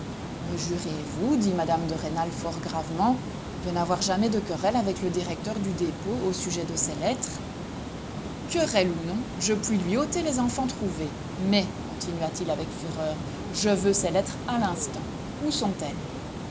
me jurez vous dit mme de rênal fort gravement de n'avoir jamais de querelle avec le directeur du dépôt au sujet de ces lettres querelle ou non je puis lui ôter les enfants trouvés mais continua-t-il avec fureur je veux ces lettres à l'instant où sont-elles